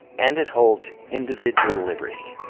and it holds individual liberty,